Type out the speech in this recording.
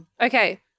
Okay